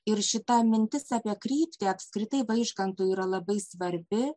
ir šita mintis apie kryptį apskritai vaižgantui yra labai svarbi